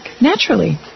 naturally